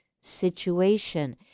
situation